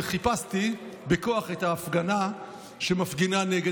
וחיפשתי בכוח את ההפגנה שמפגינה נגד.